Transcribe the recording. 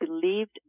believed